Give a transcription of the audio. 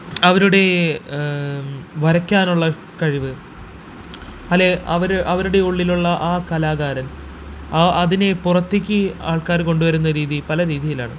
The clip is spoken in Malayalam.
അവരുടെ വരയ്ക്കാനുള്ള കഴിവ് അല് അവർ അവരുടെ ഉള്ളിലുള്ള ആ കലാകാരന് ആ അതിനെ പുറത്തേക്ക് ആള്ക്കാര് കൊണ്ടുവരുന്ന രീതി പല രീതിയിലാണ്